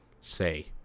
say